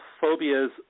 phobias